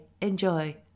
enjoy